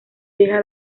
deja